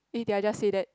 eh did I just say that